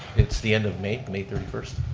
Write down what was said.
it's the end of may, may thirty first.